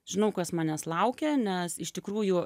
žinau kas manęs laukia nes iš tikrųjų